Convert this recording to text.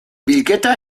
bilketa